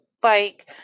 bike